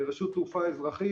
רשות תעופה אזרחית,